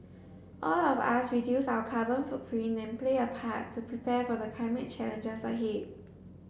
all of us reduce our carbon footprint and play a part to prepare for the climate challenges ahead